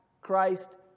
Christ